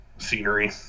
scenery